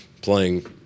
Playing